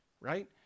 right